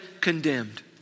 condemned